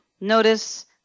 notice